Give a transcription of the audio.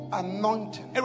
anointing